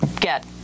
get